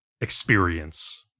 experience